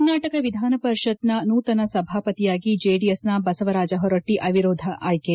ಕರ್ನಾಟಕ ವಿಧಾನಪರಿಷತ್ನ ನೂತನ ಸಭಾಪತಿಯಾಗಿ ಜೆಡಿಎಸ್ನ ಬಸವರಾಜ ಹೊರಟ್ಟೆ ಅವಿರೋಧ ಆಯ್ಕೆ